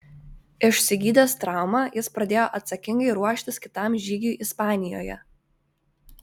išsigydęs traumą jis pradėjo atsakingai ruoštis kitam žygiui ispanijoje